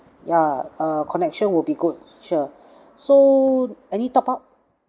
ya uh connection will be good sure so any top-up